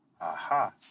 Aha